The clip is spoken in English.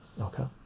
okay